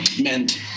meant